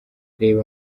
reba